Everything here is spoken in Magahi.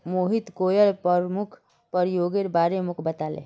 मोहित कॉयर प्रमुख प्रयोगेर बारे मोक बताले